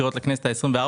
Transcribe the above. בחירות לכנסת ה-24,